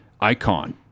icon